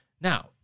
Now